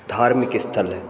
धर्मिक स्थल है